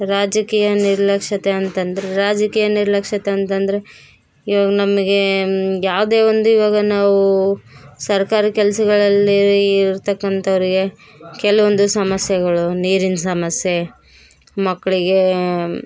ರಾಜಕೀಯ ನಿರ್ಲಕ್ಷತೆ ಅಂತ ಅಂದರೆ ರಾಜಕೀಯ ನಿರ್ಲಕ್ಷತೆ ಅಂತಂದರೆ ಇವಾಗ ನಮಗೆ ಯಾವುದೇ ಒಂದು ಇವಾಗ ನಾವು ಸರ್ಕಾರಿ ಕೆಲಸಗಳಲ್ಲಿ ಇರ್ತಕ್ಕಂಥವ್ರಿಗೆ ಕೆಲವೊಂದು ಸಮಸ್ಯೆಗಳು ನೀರಿನ ಸಮಸ್ಯೆ ಮಕ್ಕಳಿಗೇ